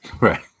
Right